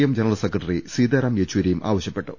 M general secretary Sitaram യെച്ചൂരിയും ആവശൃപ്പെട്ടു